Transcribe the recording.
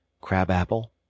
crab-apple